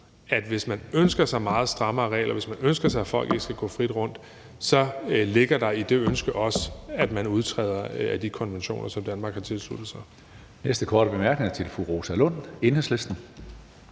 at hvis man ønsker sig meget strammere regler, hvis man ønsker sig, at folk ikke skal gå frit rundt, så ligger der i det ønske også, at vi udtræder af de konventioner, som Danmark har tilsluttet sig. Kl. 13:21 Tredje næstformand (Karsten